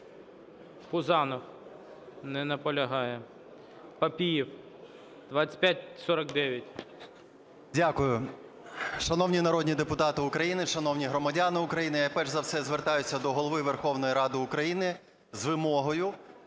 Пузанов. Не наполягає. Папієв. 2549. 10:23:17 ПАПІЄВ М.М. Дякую. Шановні народні депутати України, шановні громадяни України, я перш за все звертаюсь до Голови Верховної Ради України з вимогою,